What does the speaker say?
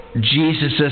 Jesus